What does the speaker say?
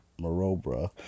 Marobra